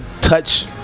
touch